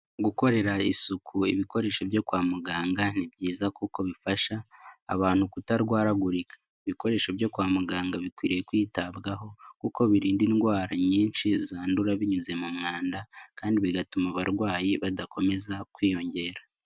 Gukorera isuku ibikoresho byo kwa muganga, ni byiza kuko bifasha abantu kutarwaragurika. Ibikoresho byo kwa muganga bikwiriye kwitabwaho kuko birinda indwara nyinshi zandura binyuze mu mwanda kandi bigatuma abarwayi badakomeza kwiyongera.